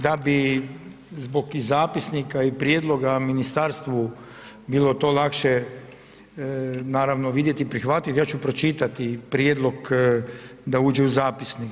Da bi i zbog i zapisnika i prijedloga Ministarstvu bilo to lakše naravno vidjeti i prihvatiti, ja ću pročitati prijedlog da uđe u zapisnik.